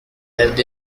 lived